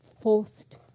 forced